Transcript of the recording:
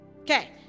okay